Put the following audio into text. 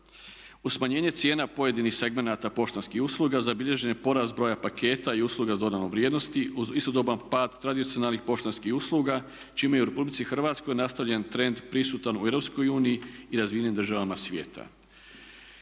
smanjenje cijena pojedinih segmenata poštanskih usluga zabilježen je porast broja paketa i usluga sa dodanom vrijednosti uz istodoban pad tradicionalnih poštanskih usluga čime je u Republici Hrvatskoj nastavljen trend prisutan u Europskoj uniji i razvijenim državama svijeta.